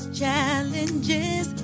challenges